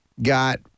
got